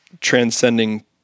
transcending